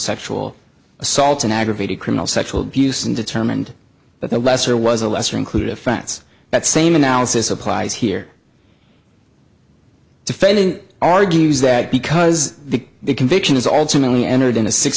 sexual assault and aggravated criminal sexual abuse and determined that the lesser was a lesser included offense that same analysis applies here to failing argues that because the conviction is alternately entered in a six